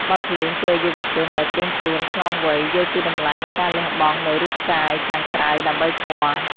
បទភ្លេងជួយឱ្យយុវជនដែលត្រៀមខ្លួនឆ្លងវ័យ យល់ពីតម្លៃនៃការលះបង់នូវរូបកាយខាងក្រៅដើម្បីធម៌។